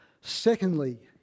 Secondly